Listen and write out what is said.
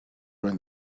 ran